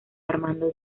armando